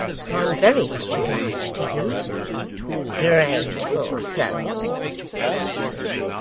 i'm very much obliged to you grateful soul cried the dwarf.